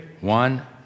one